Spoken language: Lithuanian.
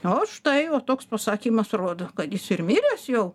o štai va toks pasakymas rodo kad jis ir miręs jau